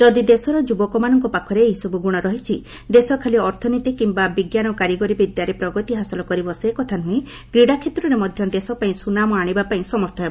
ଯଦି ଦେଶର ଯୁବକମାନଙ୍କ ପାଖରେ ଏହିସବୁ ଗୁଣ ରହିଛି ଦେଶ ଖାଲି ଅର୍ଥନୀତି କିମ୍ବା ବିଜ୍ଞାନ କାରିଗରି ବିଦ୍ୟାରେ ପ୍ରଗତି ହାସଲ କରିବ ସେକଥା ନୁହେଁ କ୍ରୀଡ଼ା କ୍ଷେତ୍ରରେ ମଧ୍ୟ ଦେଶପାଇଁ ସୁନାମ ଆଣିବାପାଇଁ ସମର୍ଥ ହେବ